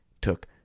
took